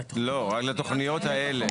לא, לתוכניות האלה.